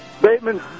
Bateman